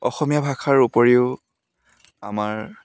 অসমীয়া ভাষাৰ উপৰিও আমাৰ